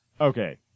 Okay